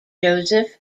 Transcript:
joseph